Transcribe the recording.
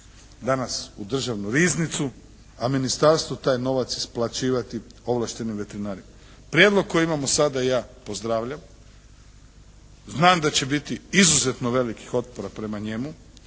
danas u državnu riznicu, a ministarstvo taj novac isplaćivati ovlaštenim veterinarima. Prijedlog koji imamo sada ja pozdravljam, znam da će biti izuzetno velikih otpora prema njemu,